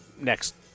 next